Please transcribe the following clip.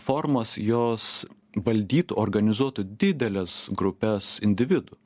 formos jos valdytų organizuotų dideles grupes individų